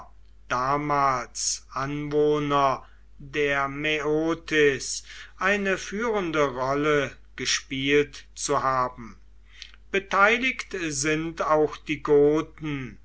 damals anwohner der maeotis eine führende rolle gespielt zu haben beteiligt sind auch die goten